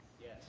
Yes